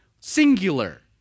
singular